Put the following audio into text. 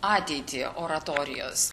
ateitį oratorijos